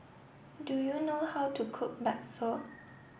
do you know how to cook Bakso